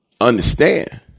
understand